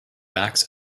backs